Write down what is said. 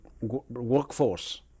workforce